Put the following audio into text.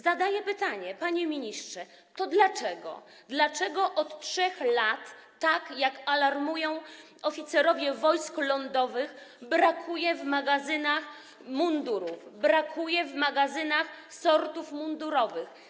Zadaję pytanie: Panie ministrze, to dlaczego od 3 lat, jak alarmują oficerowie Wojsk Lądowych, brakuje w magazynach mundurów, brakuje w magazynach sortów mundurowych?